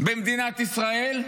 במדינת ישראל.